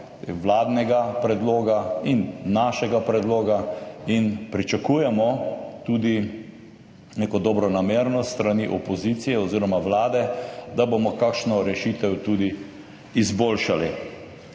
vladnega in našega predloga in pričakujemo tudi neko dobronamernost s strani opozicije oziroma Vlade, da bomo kakšno rešitev tudi izboljšali.